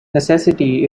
necessity